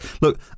Look